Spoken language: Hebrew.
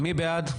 מי בעד?